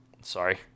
Sorry